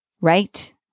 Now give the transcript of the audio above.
Right